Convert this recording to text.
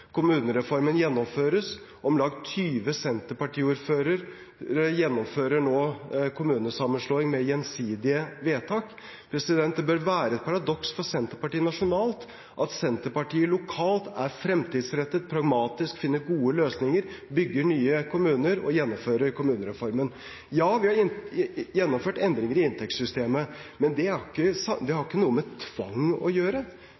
Kommunereformen gjennomføres, og om lag 20 Senterparti-ordførere gjennomfører nå kommunesammenslåing med gjensidige vedtak. Det bør være et paradoks for Senterpartiet nasjonalt at Senterpartiet lokalt er fremtidsrettet, pragmatisk, finner gode løsninger, bygger nye kommuner og gjennomfører kommunereformen. Ja, vi har gjennomført endringer i inntektssystemet, men det har ikke noe med tvang å gjøre.